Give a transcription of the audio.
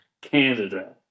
Canada